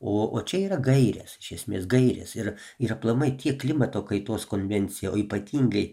o o čia yra gairės iš esmės gairės ir ir aplamai tiek klimato kaitos konvencija o ypatingai